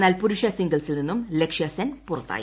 എന്നാൽ പുരുഷ സിംഗിൾസിൽ നിന്നും ലക്ഷ്യസെൻ പുറത്തായി